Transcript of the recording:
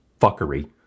fuckery